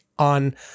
on